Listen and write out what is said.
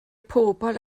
pobol